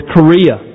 Korea